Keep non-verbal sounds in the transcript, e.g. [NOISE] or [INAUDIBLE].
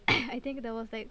[COUGHS] I think that was like